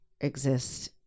exist